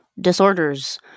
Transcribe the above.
disorders